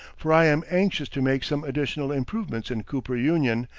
for i am anxious to make some additional improvements in cooper union,